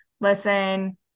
listen